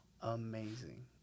amazing